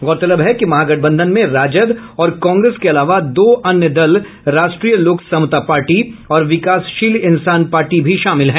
गौरतलब है कि महागठबंधन में राजद और कांग्रेस के अलावा दो अन्य दल राष्ट्रीय लोक समता पार्टी और विकासशील इंसान पार्टी भी शामिल हैं